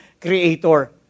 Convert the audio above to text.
creator